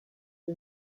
for